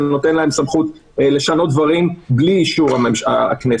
שנותן להם סמכות לשנות דברים בלי אישור הכנסת.